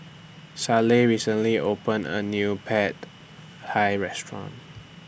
Sallie recently opened A New Pad Hi Restaurant